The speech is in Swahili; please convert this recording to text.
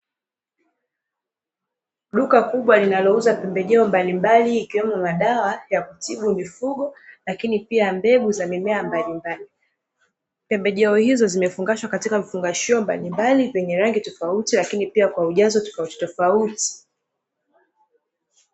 Duka kubwa linalouza pembejeo mbalimbali, ikiwemo madawa ya kutibu mifugo, lakini pia mbegu za mimea mbalambali, pembejeo hizo zimefungashwa katika vifungashio mbalimbali vyenye rangi tofauti, lakini pia ujazo tofautitofauti.